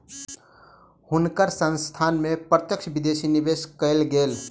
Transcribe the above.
हुनकर संस्थान में प्रत्यक्ष विदेशी निवेश कएल गेल